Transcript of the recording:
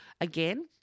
again